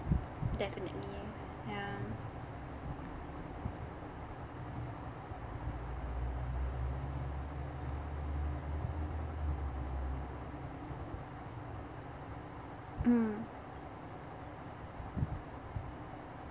definitely yeah mm